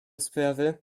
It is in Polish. sprawy